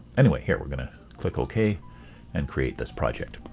anyway we're we're going to click okay and create this project.